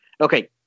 okay